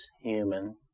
human